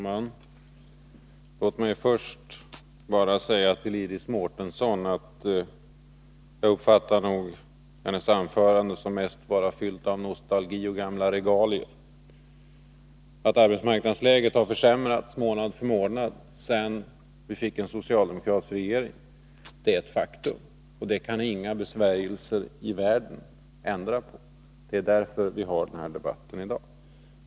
Herr talman! Låt mig först bara säga till Iris Mårtensson att jag nog uppfattar hennes anförande som mest fyllt av nostalgi och gamla regalier. Att arbetsmarknadsläget försämrats månad för månad sedan vi fick en socialdemokratisk regering är ett faktum — det kan inga besvärjelser i världen ändra på. Det är därför vi har den här debatten i dag.